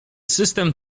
system